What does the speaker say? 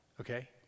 okay